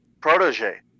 protege